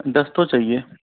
दस तो चाहिए